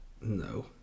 No